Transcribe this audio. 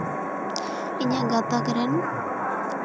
ᱤᱧᱟᱹᱜ ᱜᱟᱶᱛᱟ ᱠᱚᱨᱮᱱ